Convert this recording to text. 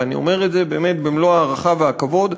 ואני אומר את זה באמת במלוא ההערכה והכבוד,